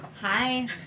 Hi